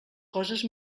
coses